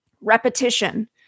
Repetition